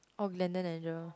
or Glenden and Jer